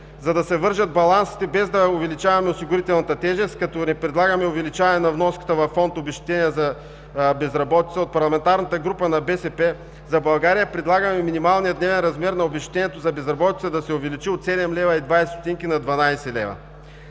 за да се вържат балансите, без да увеличаваме осигурителната тежест, като не предлагаме увеличаване на вноската във фонда за обезщетение при безработица, от парламентарната група на „БСП за България“ предлагаме минималният дневен размер на обезщетението за безработица да се увеличи от 7,20 лв. на 12 лв.